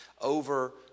over